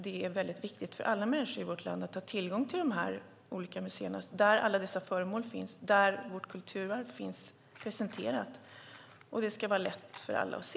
Det är väldigt viktigt för alla människor i vårt land att ha tillgång till dessa olika museer där alla dessa föremål finns, där vårt kulturarv finns presenterat. Det ska vara lätt för alla att se.